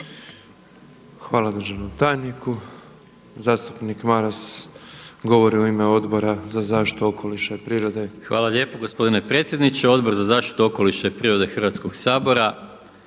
Hvala državnom tajniku. Zastupnik Maras govori u ime Odbora za zaštitu okoliša i prirode. **Maras, Gordan